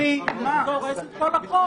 זה הורס את כל החוק.